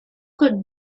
could